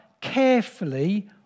carefully